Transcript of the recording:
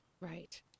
Right